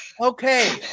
okay